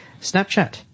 Snapchat